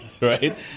right